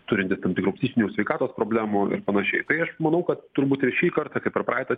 turintys tam tikrų psichinių sveikatos problemų ir panašiai tai aš manau kad turbūt ir šį kartą kaip ir praeitą